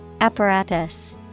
Apparatus